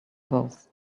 goes